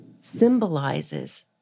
symbolizes